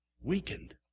Weakened